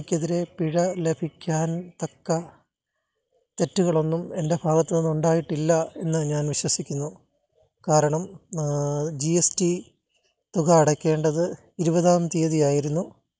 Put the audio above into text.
എനിക്കെതിരെ പിഴ ലഭിക്കാൻ തക്ക തെറ്റുകളൊന്നും എന്റെ ഭാഗത്ത് നിന്ന് ഉണ്ടായിട്ടില്ല എന്ന് ഞാൻ വിശ്വസിക്കുന്നു കാരണം ജീ എസ് റ്റിത്തു ക അടയ്ക്കേണ്ടത് ഇരുപതാം തീയതി ആയിരുന്നു